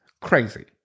Crazy